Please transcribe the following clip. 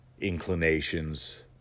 inclinations